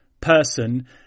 person